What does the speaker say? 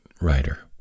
writer